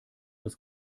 das